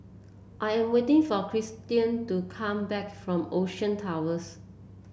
I am waiting for Kristian to come back from Ocean Towers